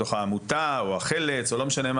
בתוך העמותה או החל"צ או לא משנה,